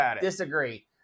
disagree